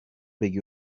بگی